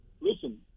Listen